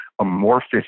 amorphous